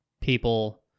people